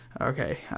okay